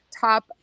top